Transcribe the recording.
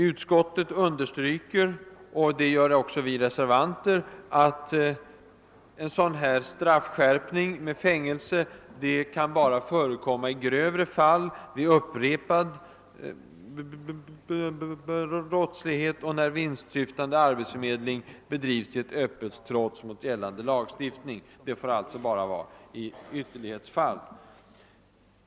Utskottet understryker liksom vi reservanter att en straffskärpning till fängelse bara kan förekomma i grövre fall, vid upprepad brottslighet och när vinstsyftande arbetsförmedling bedrivs i öppet trots mot gällande lagstiftning — det får alltså bara vara i ytterlighetsfall.